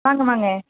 வாங்க வாங்க